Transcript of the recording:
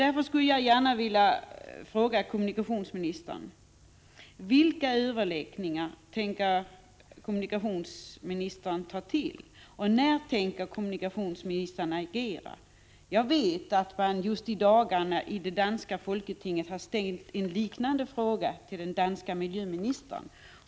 Därför skulle jag gärna vilja fråga kommunikationsministern: Vilka överläggningar tänker kommunikationsministern ta upp, och när tänker kommunikationsministern agera? Jag vet att man just i dagarna i det danska folketinget ställt en liknande fråga till den danska miljöministern.